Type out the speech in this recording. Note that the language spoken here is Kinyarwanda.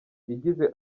yagize